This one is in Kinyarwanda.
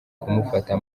kumufata